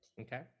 Okay